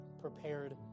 prepared